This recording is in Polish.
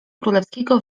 królewskiego